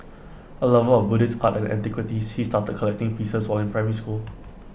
A lover of Buddhist art and antiquities he started collecting pieces while in primary school